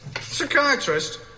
Psychiatrist